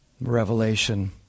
Revelation